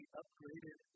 upgraded